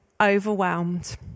overwhelmed